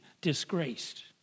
disgraced